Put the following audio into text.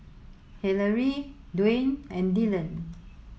Hillery Dwaine and Dillan